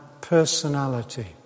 personality